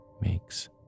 makes